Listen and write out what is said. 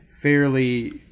fairly